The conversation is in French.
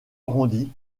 arrondi